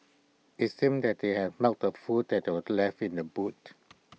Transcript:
IT seemed that they had smelt the food that were left in the boot